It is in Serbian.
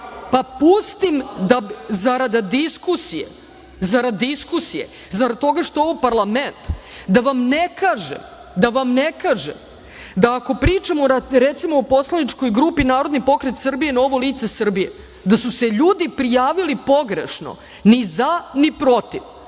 reda. Pustim zarad diskusije, zarad diskusije, zarad toga što je ovo parlament, da vam ne kažem, da ako pričamo recimo o poslaničkoj grupi Narodni pokret Srbije – Novo lice Srbije, da su se ljudi prijavili pogrešno ni za, ni protiv,